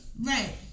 Right